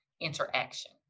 interaction